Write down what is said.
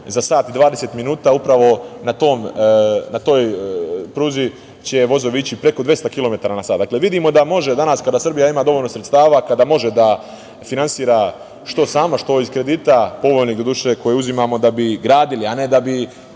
za sat i 20 minuta, upravo na toj pruzi će vozovi ići preko 200 kilometara na sat. Dakle, vidimo da može danas, kada Srbija ima dovoljno sredstava, kada može da finansira, što sama, što iz kredita, povoljnih, doduše, koje uzimamo da bi gradili, a ne da bi